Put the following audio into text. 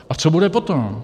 A co bude potom?